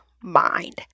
mind